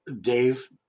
Dave